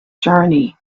journey